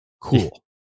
cool